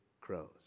crows